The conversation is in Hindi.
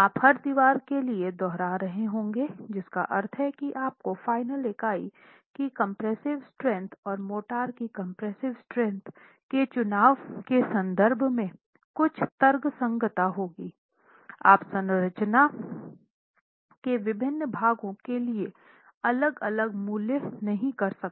आप हर दीवार के लिए दोहरा रहे होंगे जिसका अर्थ है कि आपको फाइनल इकाई की कंप्रेसिव स्ट्रेंथ और मोर्टार की कंप्रेसिव स्ट्रेंथ के चुनाव के संदर्भ में कुछ तर्कसंगतता होगी आप संरचना के विभिन्न भागों के लिए अलग अलग मूल्य नहीं कर सकते हैं